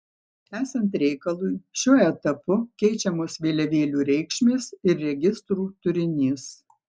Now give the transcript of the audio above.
esant reikalui šiuo etapu keičiamos vėliavėlių reikšmės ir registrų turinys